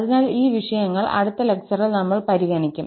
അതിനാൽ ഈ വിഷയങ്ങൾ അടുത്ത ലെക്ചറിൽ നമ്മൾ പരിഗണിക്കും